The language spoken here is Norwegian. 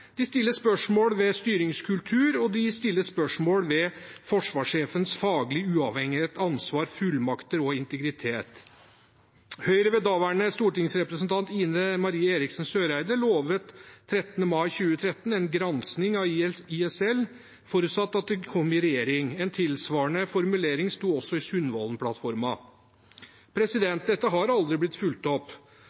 De stiller spørsmål ved styringskultur, og de stiller spørsmål ved forsvarssjefens faglige uavhengighet, ansvar, fullmakter og integritet. Høyre ved daværende stortingsrepresentant Ine M. Eriksen Søreide lovte 13. mai 2013 en gransking av ISL forutsatt at de kom i regjering. En tilsvarende formulering sto også i Sundvolden-plattformen. Dette har aldri blitt fulgt opp.